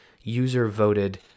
user-voted